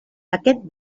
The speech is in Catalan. aquest